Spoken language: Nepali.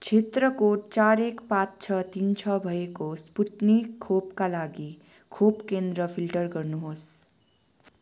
क्षेत्र कोड चार एक पाँच छ तिन छ भएको स्पुत्निक खोपका लागि खोप केन्द्र फिल्टर गर्नुहोस्